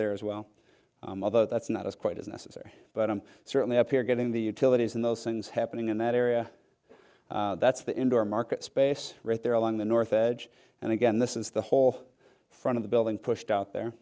there as well although that's not as quite as necessary but i'm certainly up here getting the utilities and those things happening in that area that's the indoor market space right there along the north edge and again this is the whole front of the building pushed out there